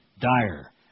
Dire